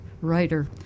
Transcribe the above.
writer